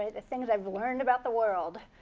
ah the things i've learned about the world,